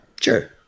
sure